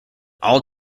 all